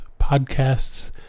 podcasts